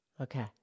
Okay